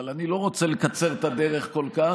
אבל אני לא רוצה לקצר את הדרך כל כך.